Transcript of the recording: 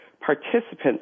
participants